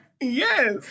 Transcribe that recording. Yes